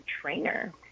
trainer